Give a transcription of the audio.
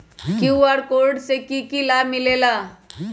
QR code से कि कि लाव मिलेला?